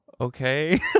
okay